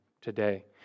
today